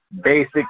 basic